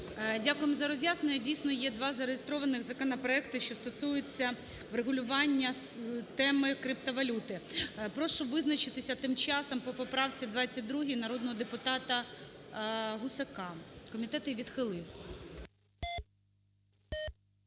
Дякуємо за роз'яснення. Дійсно, є два зареєстрованих законопроекти, що стосуються врегулювання теми криптовалюти. Прошу визначитися тимчасом по поправці 22 народного депутата Гусака. Комітет її відхилив.